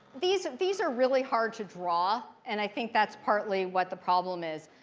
these these are really hard to draw. and i think that's partly what the problem is.